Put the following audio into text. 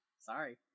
Sorry